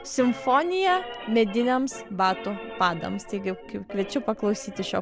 simfonija mediniams batų padams taigi kviečiu paklausyti šio